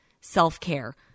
self-care